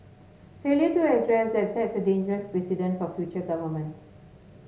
failure to address that sets a dangerous precedent for future governments